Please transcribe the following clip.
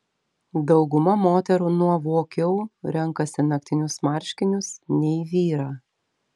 dauguma moterų nuovokiau renkasi naktinius marškinius nei vyrą